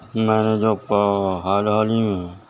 میں نے جو حال حال میں